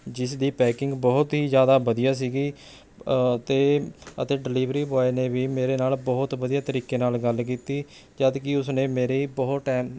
ਜਿਸ ਦੀ ਪੈਕਿੰਗ ਬਹੁਤ ਹੀ ਜ਼ਿਆਦਾ ਵਧੀਆ ਸੀ ਅਤੇ ਅਤੇ ਡਿਲੀਵਰੀ ਬੋਏ ਨੇ ਵੀ ਮੇਰੇ ਨਾਲ ਬਹੁਤ ਵਧੀਆ ਤਰੀਕੇ ਨਾਲ ਗੱਲ ਕੀਤੀ ਜਦੋਂ ਕਿ ਉਸਨੇ ਮੇਰੀ ਬਹੁਤ ਟਾਈਮ